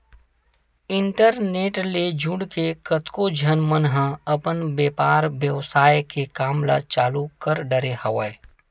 internet ले जुड़के कतको झन मन ह अपन बेपार बेवसाय के काम ल चालु कर डरे हवय